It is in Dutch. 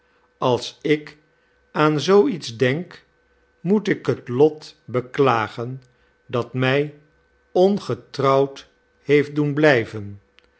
als ik aan zoo iets denk moet ik het lot beklagen dat mij ongetrouwd heeft doen blljven